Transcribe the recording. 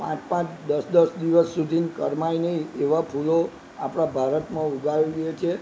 પાંચ પાંચ દસ દિવસ સુધી કરમાય નહીં એવા ફૂલો આપણા ભારતમાં ઉગાવીએ છે